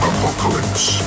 Apocalypse